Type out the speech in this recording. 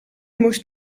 moest